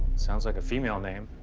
sounds like a female name.